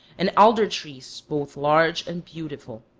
and alder-trees both large and beautiful.